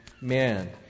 man